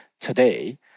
today